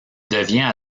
devient